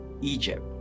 Egypt